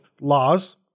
laws